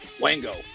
Wango